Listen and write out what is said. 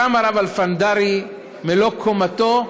קם הרב אלפנדרי מלוא קומתו,